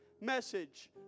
message